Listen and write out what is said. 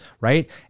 right